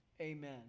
amen